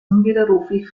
unwiderruflich